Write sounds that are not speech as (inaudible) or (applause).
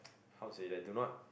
(noise) how to say like do not